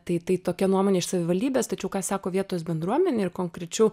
tai tai tokia nuomonė iš savivaldybės tačiau ką sako vietos bendruomenė ir konkrečiau